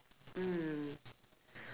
mm